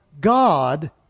God